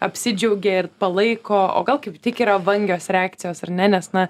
apsidžiaugė ir palaiko o gal kaip tik yra vangios reakcijos ar ne nes na